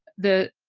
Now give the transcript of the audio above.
the